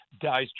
dies